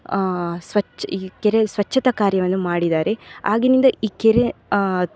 ಸ್ವಚ್ಛ ಈ ಕೆರೆಯ ಸ್ವಚ್ಛತಾ ಕಾರ್ಯವನ್ನು ಮಾಡಿದ್ದಾರೆ ಆಗಿನಿಂದ ಈ ಕೆರೆ